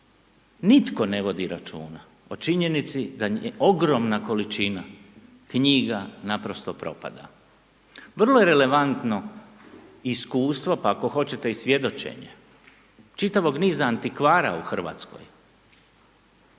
nitko ne vodi računa o činjenici da ogromna količina knjiga naprosto propada. Vrlo je relevantno iskustvo pa ako hoćete i svjedočenje čitavog niza antikvara u Hrvatskoj